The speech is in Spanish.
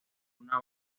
una